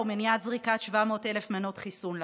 ומניעת זריקת 700,000 מנות חיסון לפח,